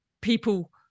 people